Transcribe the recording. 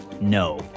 no